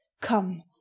Come